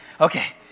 Okay